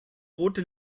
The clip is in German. rote